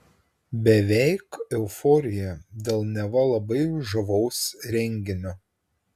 beveik euforija dėl neva labai žavaus renginio